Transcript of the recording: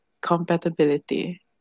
compatibility